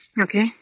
Okay